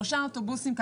שלושה אוטובוסים.